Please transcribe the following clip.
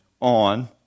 on